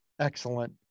Excellent